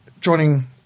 joining